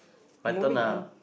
my turn ah